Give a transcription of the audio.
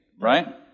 right